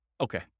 Okay